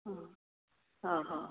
ହଁ ହଁ ହଉ